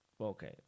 okay